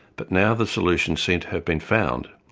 but now the solution seemed to have been found.